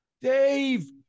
dave